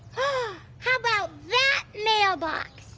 ah how about that mailbox?